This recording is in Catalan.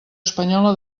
espanyola